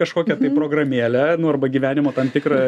kašokią tai programėlę nu arba gyvenimo tam tikrą